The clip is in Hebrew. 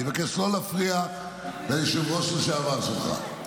אני מבקש לא להפריע ליושב-ראש לשעבר שלך.